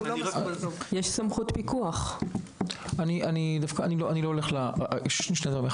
זה יישאר כעבירה משמעתית.